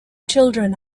children